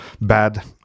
bad